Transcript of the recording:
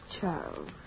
Charles